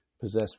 possess